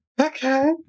Okay